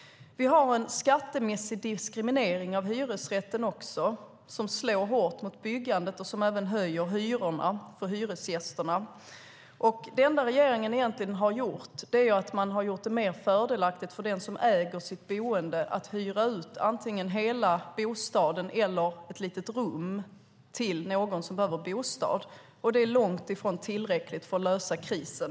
Vi har en skattemässig diskriminering av hyresrätten som slår hårt mot byggandet och även höjer hyrorna för hyresgästerna. Det enda regeringen egentligen har gjort är att göra det mer fördelaktigt för den som äger sitt boende att hyra ut antingen hela bostaden eller ett litet rum till någon som behöver bostad. Det är långt ifrån tillräckligt för att lösa krisen.